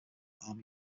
army